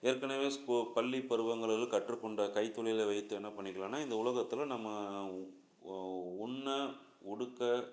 ஏற்கனவே ஸ்கூ பள்ளி பருவங்கறது கற்றுக்கொண்ட கைத்தொழிலை வைத்து என்ன பண்ணிக்கலாம்ன்னா இந்த உலகத்தில் நம்ம ஒ உண்ண உடுக்க